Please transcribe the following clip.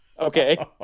Okay